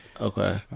okay